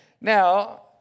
Now